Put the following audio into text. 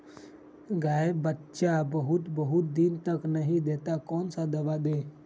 गाय बच्चा बहुत बहुत दिन तक नहीं देती कौन सा दवा दे?